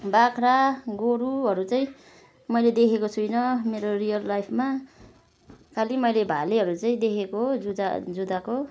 बाख्रा गोरुहरू चाहिँ मैले देखेको छुइनँ मेरो रियल लाइफमा खालि मैले भालेहरू चाहिँ देखेको जुजा जुदाएको